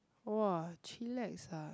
!wah! chillax ah